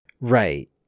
Right